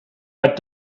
but